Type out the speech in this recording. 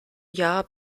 jahr